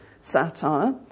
satire